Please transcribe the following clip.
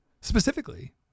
specifically